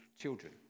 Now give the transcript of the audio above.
children